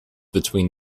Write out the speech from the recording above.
between